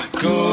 go